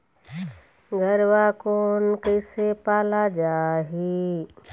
गरवा कोन कइसे पाला जाही?